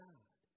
God